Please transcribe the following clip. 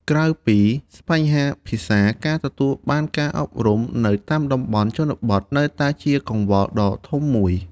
ក្រៅពីបញ្ហាភាសា ការទទួលបានការអប់រំនៅតាមតំបន់ជនបទនៅតែជាកង្វល់ដ៏ធំមួយ។